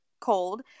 cold